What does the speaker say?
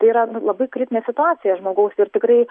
tai yra labai kritinė situacija žmogaus ir tikrai